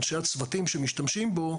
אנשי הצוותים שמשתמשים בו,